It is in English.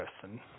person